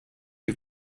too